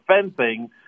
fencing